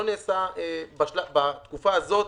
לא נעשתה בתקופה הזו,